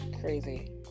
crazy